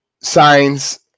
signs